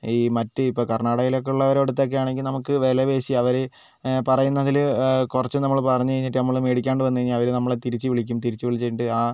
ഈ മറ്റ് ഇപ്പം കർണാടകയിലൊക്കെ ഉള്ളവരുടെ അടുത്തൊക്കെ ആണെങ്കിൽ നമുക്ക് വിലപേശി അവർ പറയുന്നതിൽ കുറച്ച് നമ്മൾ പറഞ്ഞ് കഴിഞ്ഞിട്ട് നമ്മൾ മേടിക്കാണ്ട് വന്നു കഴിഞ്ഞാൽ അവർ നമ്മളെ തിരിച്ച് വിളിക്കും തിരിച്ച് വിളിച്ചിട്ട് ആ